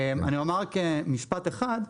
אני אומר רק משפט אחד,